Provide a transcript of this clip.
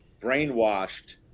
brainwashed